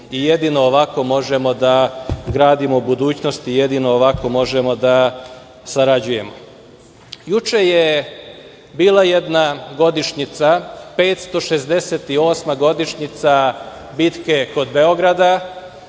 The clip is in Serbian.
i jedino ovako možemo da gradimo budućnost i jedino ovako možemo da sarađujemo. Juče je bila jedna godišnjica, 568. godišnjica bitke kod Beograda,